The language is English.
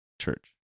church